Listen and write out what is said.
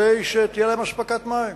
כדי שתהיה להם אספקת מים.